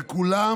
בכולם